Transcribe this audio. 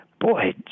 boy